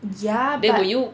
ya but